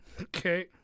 Okay